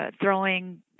throwing